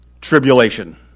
tribulation